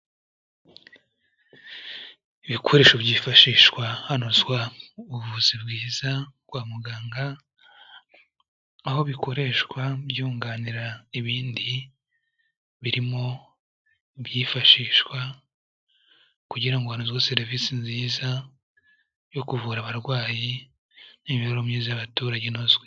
Ibikoresho byifashishwa hanozwa ubuvuzi bwiza kwa muganga, aho bikoreshwa byunganira ibindi, birimo ibyifashishwa kugira ngo hanozwe serivisi nziza yo kuvura abarwayi n'imibereho myiza y'abaturage inozwe.